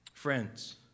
Friends